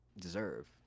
deserve